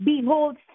Behold